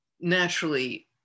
naturally